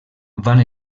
van